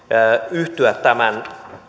yhtyä tämän